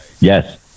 Yes